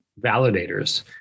validators